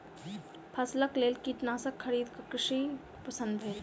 फसिलक लेल कीटनाशक खरीद क कृषक प्रसन्न भेल